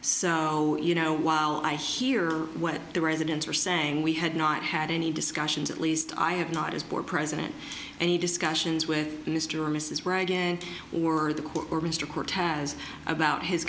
so you know while i hear what the residents are saying we had not had any discussions at least i have not as board president any discussions with mr or mrs right in or the court or mr court has about his